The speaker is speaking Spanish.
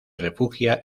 refugia